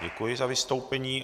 Děkuji za vystoupení.